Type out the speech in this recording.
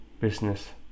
business